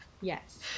Yes